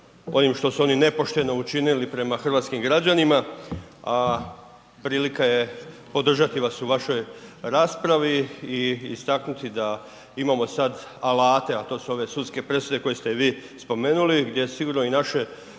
onim što su oni nepošteno učinili prema hrvatskim građanima, a prilika je podržati vas u vašoj raspravi i istaknuti da imamo sad alate, a to su ove sudske presude koje ste vi spomenuli gdje je sigurno i naše